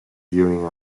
viewing